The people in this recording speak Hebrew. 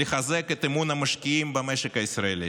לחזק את אמון המשקיעים במשק הישראלי.